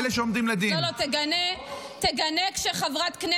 סליחה, אריאל, די.